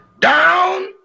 Down